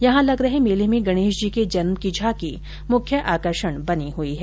यहां लग रहे मेले में गणेश जी के जन्म की झांकी मुख्य आकर्षण बनी हई है